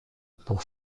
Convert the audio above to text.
pour